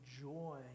joy